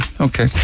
okay